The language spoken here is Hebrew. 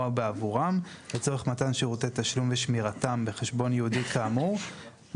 בעבורם לצורך מתן שירותי תשלום ושמירתם בחשבון ייעודי כאמור...",